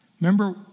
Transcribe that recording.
Remember